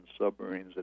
submarines